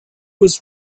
was